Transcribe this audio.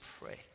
Pray